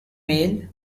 male